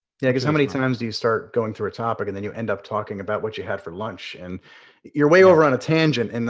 yeah, cause how many times do you start going through a topic and then you end up talking about what you had for lunch? and you're way over on a tangent, and